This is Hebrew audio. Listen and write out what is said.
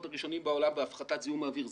הראשונים בעולם בהפחתת זיהום האוויר.